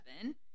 seven